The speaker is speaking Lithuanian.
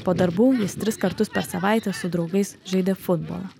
po darbų jis tris kartus per savaitę su draugais žaidė futbolą